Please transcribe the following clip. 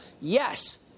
Yes